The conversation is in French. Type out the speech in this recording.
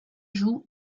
jouent